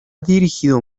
dirigido